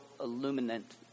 illuminant